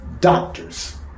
doctors